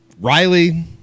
Riley